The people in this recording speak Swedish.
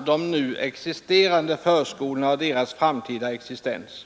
de nu existerande förskolorna och deras framtida existens.